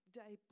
day